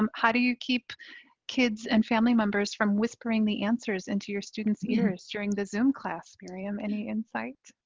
um how do you keep kids and families members from whispering the answer into your students ears during the zoom class, miriam any insight?